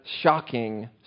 shocking